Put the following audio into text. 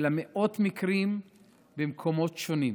אלא היו מאות מקרים במקומות שונים.